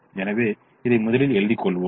எனவே இதை முதலில் எழுதிக் கொள்வோம்